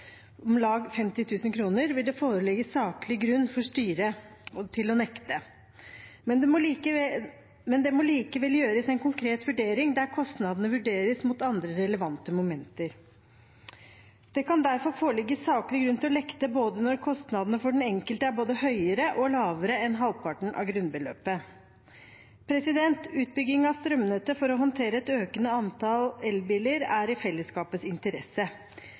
om lag 50 000 kr, vil det foreligge saklig grunn for styret til å nekte, men det må likevel gjøres en konkret vurdering der kostnadene vurderes mot andre relevante momenter. Det kan derfor foreligge saklig grunn til å nekte både når kostnadene for den enkelte er høyere, og når de er lavere enn halvparten av grunnbeløpet. Utbygging av strømnettet for å håndtere et økende antall elbiler er i fellesskapets interesse.